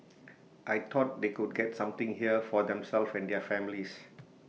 I thought they could get something here for themselves and their families